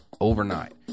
overnight